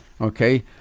okay